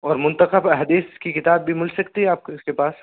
اور منتخب احادیث کی کتاب بھی مل سکتی ہے آپ اس کے پاس